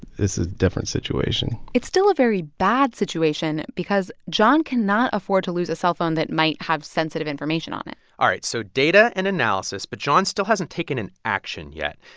this is a different situation it's still a very bad situation because john cannot afford to lose a cellphone that might have sensitive information on it all right so data and analysis, but john still hasn't taken an action yet.